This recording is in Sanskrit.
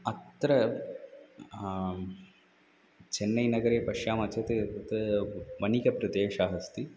अत्र चन्नैनगरे पश्यामः चेत् एतत् वणिक्प्रदेशः अस्ति